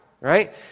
right